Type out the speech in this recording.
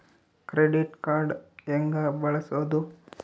Credit card ಹೆಂಗ ಬಳಸೋದು?